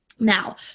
Now